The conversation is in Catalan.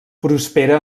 prospera